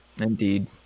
Indeed